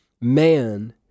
man